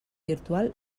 virtual